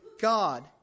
God